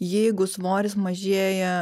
jeigu svoris mažėja